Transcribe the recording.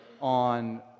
on